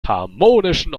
harmonischen